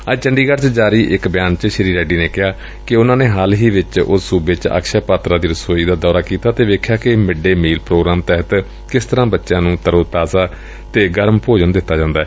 ਅੱਜ ਚੰਡੀਗੜ੍ ਚ ਜਾਰੀ ਇਕ ਬਿਆਨ ਚ ਸ੍ਰੀ ਰੈਡੀ ਨੇ ਕਿਹਾ ਕਿ ਉਨ੍ਪਾ ਨੇ ਹਾਲ ਹੀ ਵਿਚ ਉਸ ਸੂਬੇ ਚ ਅਕਸੈ ਮਾਤਰਾ ਦੀ ਰਸੋਈ ਦਾ ਦੌਰਾ ਕੀਤਾ ਅਤੇ ਵੇਖਿਆ ਕਿ ਮਿਡ ਡੇਅ ਮੀਲ ਪ੍ਰੋਗਰਾਮ ਤਹਿਤ ਕਿਸ ਤਰੂਾ ਬਚਿਆਂ ਨੂੰ ਤਰੋਤਾਜ਼ਾ ਅਤੇ ਗਰਮ ਭੋਜਨ ਦਿੱਤਾ ਜਾਂਦੈ